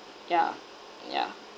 yeah yeah